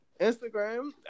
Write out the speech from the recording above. Instagram